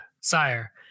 sire